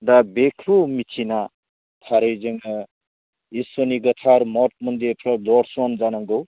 दा बेखौ मिथिना थारै जोङो इसोरनि गोथार मत मन्दिरफ्राव दर्शन जानांगौ